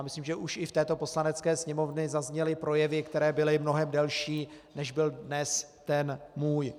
Myslím, že už i v této Poslanecké sněmovně zazněly projevy, které byly mnohem delší, než byl dnes ten můj.